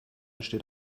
steht